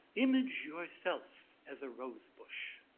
image yourself as a rosebush.